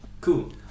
Cool